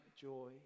joy